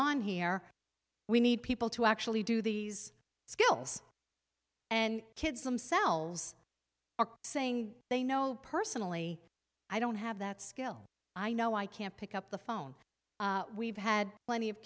on here we need people to actually do these skills and kids themselves are saying they know personally i don't have that skill i know i can pick up the phone we've had plenty of